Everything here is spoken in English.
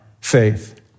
faith